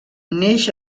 neix